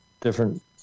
different